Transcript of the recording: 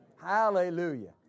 Hallelujah